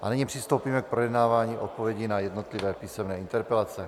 A nyní přistoupíme k projednávání odpovědí na jednotlivé písemné interpelace.